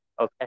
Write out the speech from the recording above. Okay